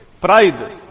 pride